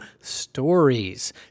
stories